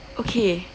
okay